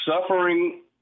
suffering